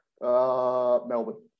Melbourne